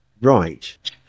Right